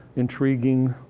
intriguing.